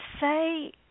say